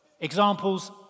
examples